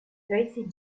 tracy